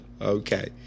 Okay